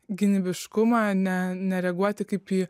gynybiškumą ne nereaguoti kaip į